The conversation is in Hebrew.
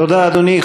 תודה, אדוני.